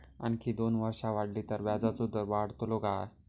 आणखी दोन वर्षा वाढली तर व्याजाचो दर वाढतलो काय?